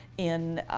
in